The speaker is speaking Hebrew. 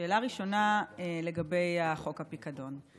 שאלה ראשונה, לגבי החוק הפיקדון.